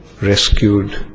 rescued